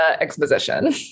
exposition